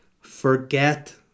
Forget